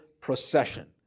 procession